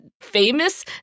famous